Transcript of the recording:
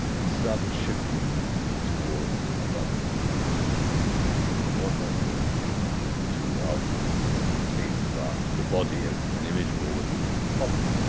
he started shifting towards a rather different kind of aesthetic. it became more and more important to argue this case about the body as an image of all that we have in common,